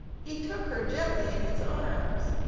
he took her gently in his arms,